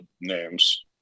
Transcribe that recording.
names